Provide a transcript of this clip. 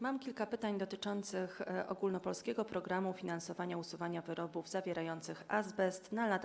Mam kilka pytań dotyczących „Ogólnopolskiego programu finansowania usuwania wyrobów zawierających azbest” na lata